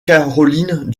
caroline